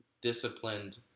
disciplined